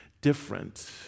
different